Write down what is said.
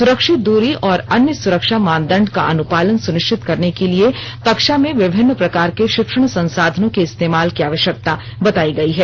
सुरक्षित दूरी और अन्य सुरक्षा मानदंड का अनुपालन सुनिश्चित करने के लिए कक्षा में विभिन्न प्रकार के शिक्षण संसाधनों के इस्तेमाल की आवश्यकता बताई गई है